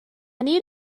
need